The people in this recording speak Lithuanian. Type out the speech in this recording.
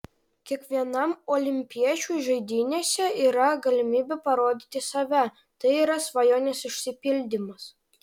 kiekvienam olimpiečiui žaidynėse yra galimybė parodyti save tai yra svajonės išsipildymas